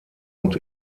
und